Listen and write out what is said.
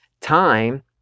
time